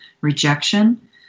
rejection